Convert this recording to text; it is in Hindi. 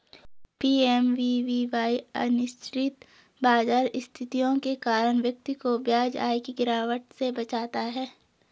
पी.एम.वी.वी.वाई अनिश्चित बाजार स्थितियों के कारण व्यक्ति को ब्याज आय की गिरावट से बचाता है